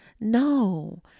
no